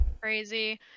Crazy